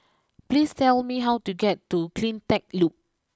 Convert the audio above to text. please tell me how to get to Cleantech Loop